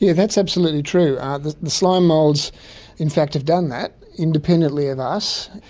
yeah that's absolutely true. ah the the slime moulds in fact have done that independently of us.